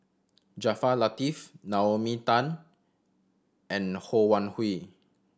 Jaafar Latiff Naomi Tan and Ho Wan Hui